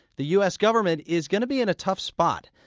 the u s. government is going to be in a tough spot.